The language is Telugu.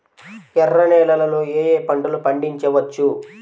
ఎర్ర నేలలలో ఏయే పంటలు పండించవచ్చు?